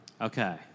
Okay